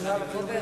מצביעים,